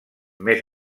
més